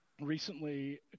Recently